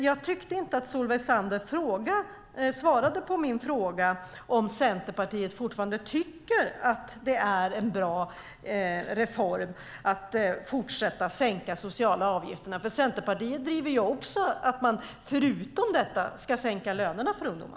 Jag tyckte inte att Solveig Zander svarade på min fråga om Centerpartiet fortfarande tycker att det är en bra reform att fortsätta att sänka de sociala avgifterna. Centerpartiet driver också att man förutom detta ska sänka lönerna för ungdomar.